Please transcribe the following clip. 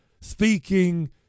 speaking